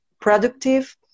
productive